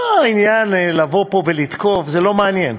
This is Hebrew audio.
לא עניין לבוא לפה ולתקוף, זה לא מעניין.